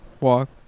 Walk